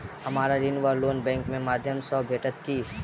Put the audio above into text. हमरा ऋण वा लोन बैंक केँ माध्यम सँ भेटत की?